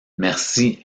merci